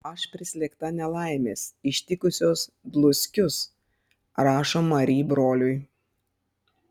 aš prislėgta nelaimės ištikusios dluskius rašo mari broliui